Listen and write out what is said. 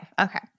Okay